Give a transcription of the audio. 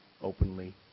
openly